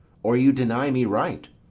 or you deny me right.